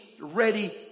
ready